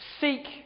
Seek